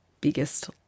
biggest